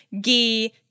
ghee